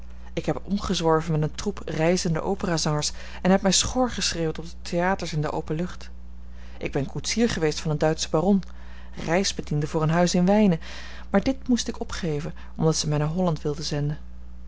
ik heb omgezworven met een troep reizende operazangers en heb mij schor geschreeuwd op de theaters in de open lucht ik ben koetsier geweest van een duitsche baron reisbediende voor een huis in wijnen maar dit moest ik opgeven omdat ze mij naar holland wilden zenden